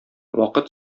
вакыт